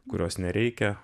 kurios nereikia